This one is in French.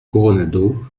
coronado